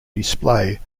display